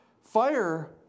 fire